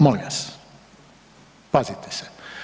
Molim vas, pazite se.